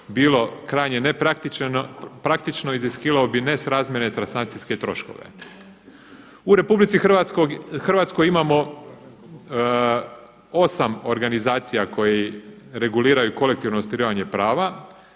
bilo krajnje nepraktično iziskivalo bi nesrazmjerne transakcijske troškove. U RH imamo osam organizacija koje reguliraju kolektivno ostvarivanje prava